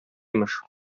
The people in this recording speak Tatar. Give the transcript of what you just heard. имеш